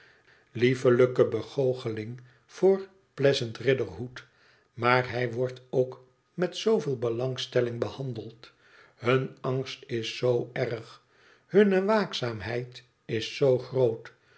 liefelijke begoocheling voor pleasant riderhood maar hij wordt ook met zooveel belangstelling behandeld hun angst is zoo erg hunne waakzaamheid is zoo groot